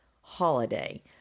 holiday